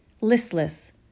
listless